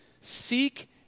Seek